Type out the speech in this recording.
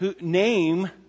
name